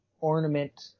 ornament